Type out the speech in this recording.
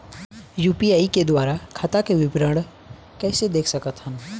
UPI के द्वारा खाता के विवरण कैसे देख सकत हन?